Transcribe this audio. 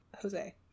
Jose